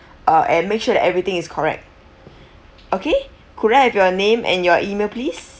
uh and make sure that everything is correct okay could I have your name and your email please